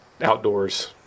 outdoors